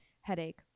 headache